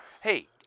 Hey